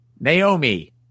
Naomi